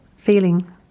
Feeling